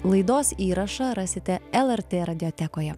laidos įrašą rasite lrt radiotekoje